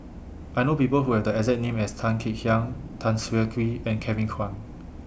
I know People Who Have The exact name as Tan Kek Hiang Tan Siah Kwee and Kevin Kwan